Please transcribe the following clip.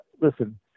listen